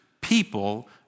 people